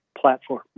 platform